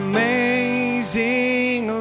Amazing